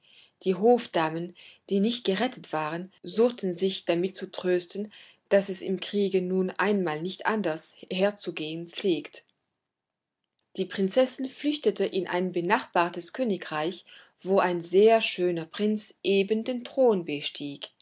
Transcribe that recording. die hofdamen die nicht gerettet waren suchten sich damit zu trösten daß es im kriege nun einmal nicht anders herzugehen pflegt die prinzessin flüchtete in ein benachbartes königreich wo ein sehr schöner prinz eben den thron bestieg